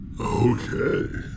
Okay